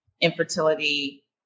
infertility